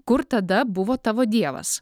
kur tada buvo tavo dievas